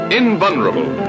invulnerable